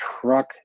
truck